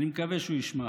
אני מקווה שהוא ישמע: